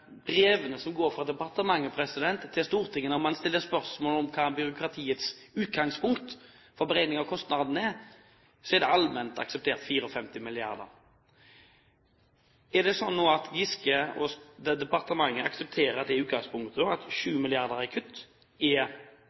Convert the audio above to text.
stiller spørsmål om hva byråkratiets utgangspunkt for beregning av kostnadene er, se at det er allment akseptert at det er 54 mrd. kr. Er det sånn nå at Giske og departementet aksepterer det utgangspunktet at 7 mrd. kr i kutt er 12–13 pst.? I så fall er